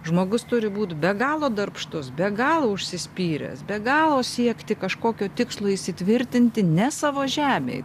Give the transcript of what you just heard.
žmogus turi būt be galo darbštus be galo užsispyręs be galo siekti kažkokio tikslo įsitvirtinti ne savo žemėj